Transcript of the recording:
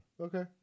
Okay